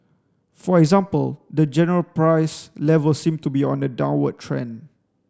for example the general price level seem to be on a downward trend